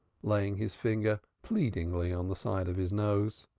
laying his finger pleadingly on the side of his nose.